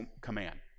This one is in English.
command